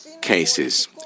cases